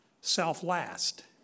self-last